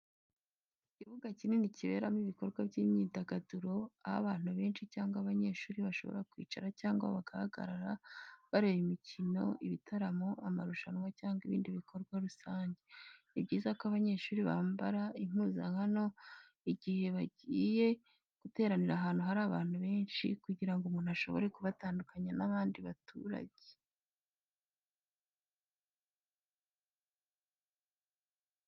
Ikibuga kinini kiberamo ibikorwa by'imyidagaduro, aho abantu benshi cyangwa abanyeshuri bashobora kwicara cyangwa bagahagarara bareba imikino, ibitaramo, amarushanwa cyangwa ibindi bikorwa rusange. Ni byiza ko abanyeshuri bambara impuzankano igihe bagiye guteranira ahantu hari abantu benshi, kugira ngo umuntu ashobore kubatandukanya n'abandi baturage.